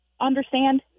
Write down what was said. understand